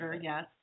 Yes